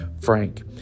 Frank